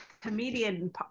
comedian